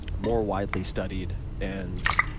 more widely studied and